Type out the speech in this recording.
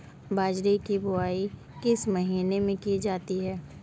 बाजरे की बुवाई किस महीने में की जाती है?